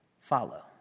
follow